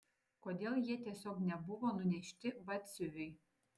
kodėl jie tiesiog nebuvo nunešti batsiuviui